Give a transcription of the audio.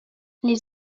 les